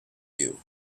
you